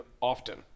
often